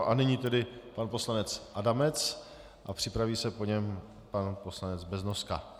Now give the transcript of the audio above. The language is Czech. A nyní tedy pan poslanec Adamec a připraví se po něm pan poslanec Beznoska.